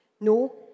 No